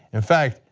in fact,